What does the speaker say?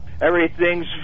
everything's